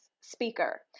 speaker